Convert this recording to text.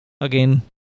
again